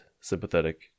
sympathetic